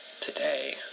today